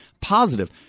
positive